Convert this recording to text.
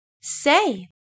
Say